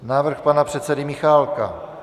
Návrh pana předsedy Michálka.